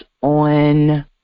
on